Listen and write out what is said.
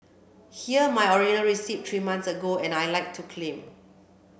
here my original receipt three months ago and I'd like to claim